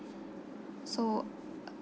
so